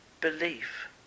belief